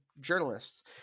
Journalists